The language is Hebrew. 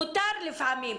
מותר לפעמים.